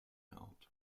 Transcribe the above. out